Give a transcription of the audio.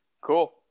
Cool